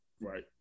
right